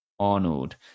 Arnold